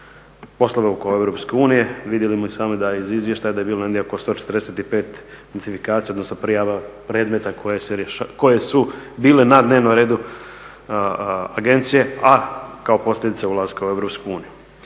poslove oko Europske unije. Vidimo i sami iz izvještaja da je bilo negdje oko 145 … odnosno prijava predmeta koje su bile na dnevnom redu agencije, a kao posljedica ulaska u Europsku uniju.